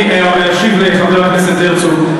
אני אשיב לחבר הכנסת הרצוג.